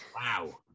Wow